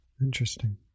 Interesting